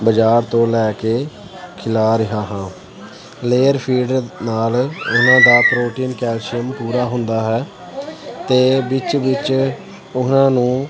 ਬਾਜ਼ਾਰ ਤੋਂ ਲੈ ਕੇ ਖਿਲਾ ਰਿਹਾ ਹਾਂ ਲੇਅਰ ਫੀਲਡ ਨਾਲ ਉਹਨਾਂ ਦਾ ਪ੍ਰੋਟੀਨ ਕੈਲਸ਼ੀਅਮ ਪੂਰਾ ਹੁੰਦਾ ਹੈ ਅਤੇ ਵਿੱਚ ਵਿੱਚ ਉਹਨਾਂ ਨੂੰ